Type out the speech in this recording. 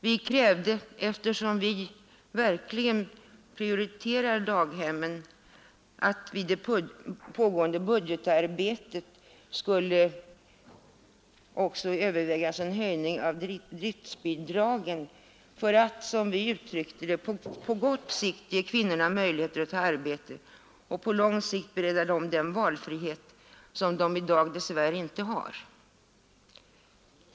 Vi krävde, eftersom vi verkligen prioriterar daghemmen, att det i det pågående budgetarbetet också skulle övervägas en höjning av driftbidragen ”för att, på kort sikt, ge kvinnorna möjligheter att ta arbete, och på lång sikt bereda dem den valfrihet, som de i dag dessvärre inte har”.